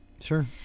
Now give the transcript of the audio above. sure